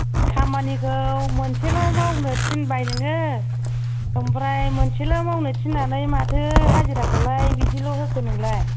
खामानिखौ मोनसेल' मावनो थिनबाय नोङो ओमफ्राय मोनसेल' मावनो थिननानै माथो हाजिराखौलाय बिदिल' होखो नोंलाय